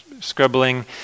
Scribbling